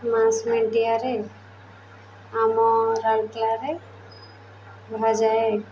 ମାସ୍ ମିଡ଼ିଆରେ ଆମ ରାଇକିଆରେ କୁହାଯାଏ